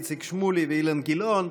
איציק שמולי ואילן גילאון.